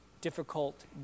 difficult